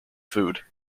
food